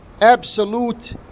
absolute